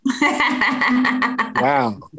Wow